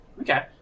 Okay